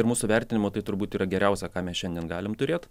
ir mūsų vertinimu tai turbūt yra geriausia ką mes šiandien galim turėt